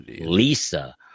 Lisa